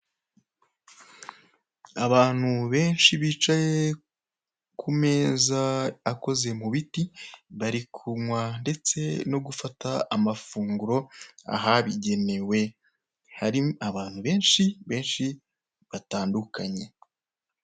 Abantu benshi bicaye ku meza akoze mu biti, bari kunywa ndetse no gufata amafunguro ahabigenewe, hari abantu benshi benshi batandunkanye.